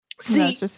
See